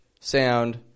sound